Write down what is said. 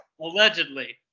Allegedly